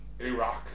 Iraq